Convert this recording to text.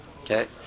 Okay